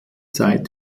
zeit